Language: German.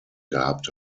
gehabt